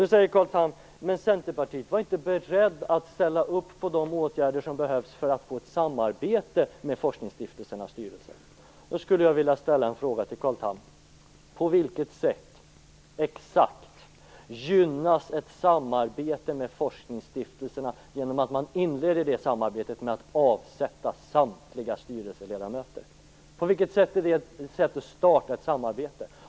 Då säger Carl Tham: Men inom Centerpartiet var man inte beredd att ställa upp på de åtgärder som behövs för att få ett samarbete med forskningsstiftelsernas styrelser. Jag vill då ställa en fråga till Carl Tham: Exakt på vilket sätt gynnas ett samarbete med forskningsstiftelserna av att man inleder det samarbetet genom att avsätta samtliga styrelseledamöter? På vilket sätt är det ett sätt att starta ett samarbete?